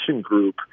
group